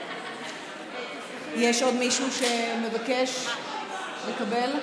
יש עוד מישהו שמבקש לקבל?